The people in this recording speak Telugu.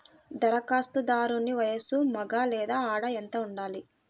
ధరఖాస్తుదారుని వయస్సు మగ లేదా ఆడ ఎంత ఉండాలి?